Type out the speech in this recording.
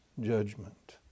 judgment